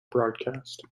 broadcast